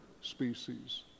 species